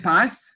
Path